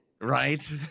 Right